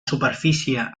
superfície